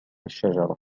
الشجرة